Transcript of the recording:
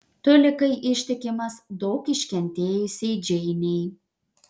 tu likai ištikimas daug iškentėjusiai džeinei